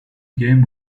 game